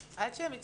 עד שהם מצטרפים,